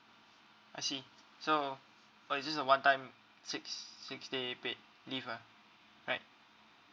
I see so oh it's just a one time six six day paid leave ah right